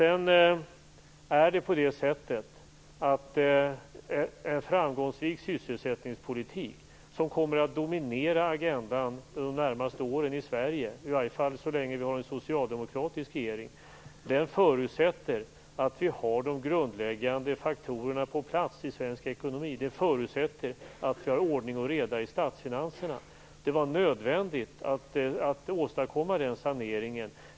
En framgångsrik sysselsättningspolitik, som kommer att dominera agendan under de närmaste åren i Sverige, i varje fall så länge vi har en socialdemokratisk regering, förutsätter att vi har de grundläggande faktorerna på plats i svensk ekonomi. Den förutsätter att vi har ordning och reda i statsfinanserna. Det var nödvändigt att åstadkomma den här saneringen.